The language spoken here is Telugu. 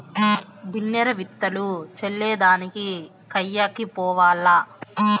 బిన్నే రా, విత్తులు చల్లే దానికి కయ్యకి పోవాల్ల